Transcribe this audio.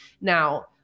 Now